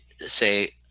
say